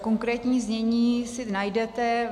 Konkrétní znění si najdete.